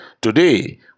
today